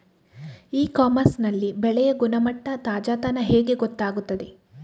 E commerce ನಲ್ಲಿ ಬೆಳೆಯ ಗುಣಮಟ್ಟ, ತಾಜಾತನ ಹೇಗೆ ಗೊತ್ತಾಗುತ್ತದೆ?